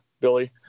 Billy